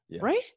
right